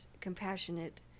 compassionate